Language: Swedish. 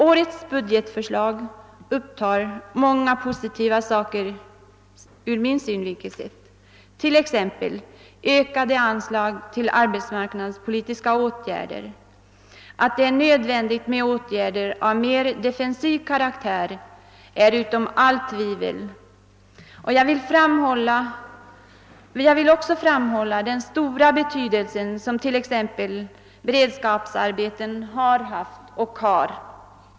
Årets budgetförslag upptar många positiva saker ur min synvinkel sett, t.ex. ökade anslag till arbetsmarknadspolitiska åtgärder. Att det är nödvändigt med åtgärder av mer defensiv karaktär är ställt utom allt tvivel, och jag vill också framhålla den stora betydelse som t.ex. beredskapsarbetena har haft och har.